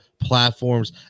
platforms